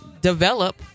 develop